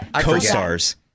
co-stars